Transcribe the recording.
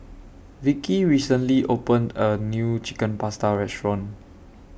Vickie recently opened A New Chicken Pasta Restaurant